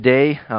Today